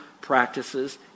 practices